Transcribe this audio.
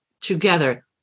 together